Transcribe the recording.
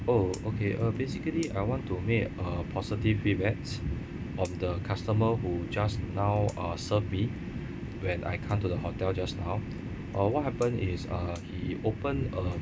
oh okay uh basically I want to make a positive feedbacks on the customer who just now uh served me when I come to the hotel just now uh what happened is uh he opened uh